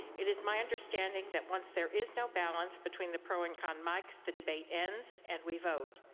it is my understanding that once there is no balance between the pro and con mics, the debate ends and we vote.